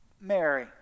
Mary